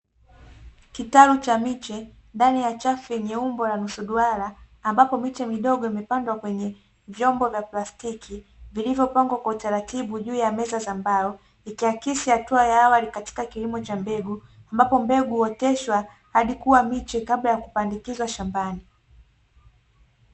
Kitalu cha miche ndani ya chafu yenye umbo la nusu duara, ambapo miche midogo imepandwa kwenye vyombo vya plastiki, vilivyopangwa kwa utaratibu juu ya meza za mbao, ikiakisi hatua ya awali katika kilimo cha mbegu, ambapo mbegu huoteshwa hadi kuwa miche kabla ya kupandikizwa shambani.